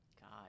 God